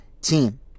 team